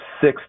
six